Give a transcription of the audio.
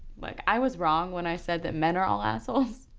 like i was wrong when i said that men are all assholes,